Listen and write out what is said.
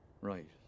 Right